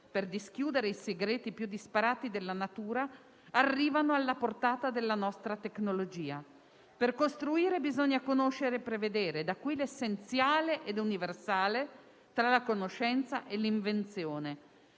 per dischiudere i segreti più disparati della natura arrivano alla portata della nostra tecnologia (...). Ma per costruire bisogna conoscere e prevedere. E da qui l'essenziale e universale legame (...) tra la conoscenza e l'invenzione